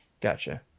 Gotcha